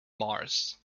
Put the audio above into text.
mars